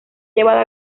llevada